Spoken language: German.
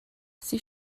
sie